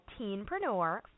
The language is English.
teenpreneur